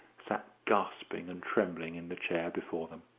sat gasping and trembling in the chair before them.